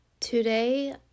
Today